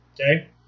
okay